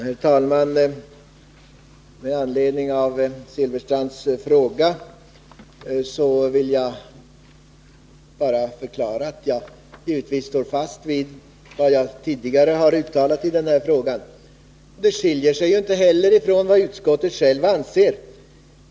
Herr talman! Med anledning av herr Silfverstrands fråga vill jag bara förklara att jag givetvis står fast vid mitt tidigare uttalande. Det skiljer sig ju inte heller från vad utskottet självt anser.